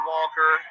Walker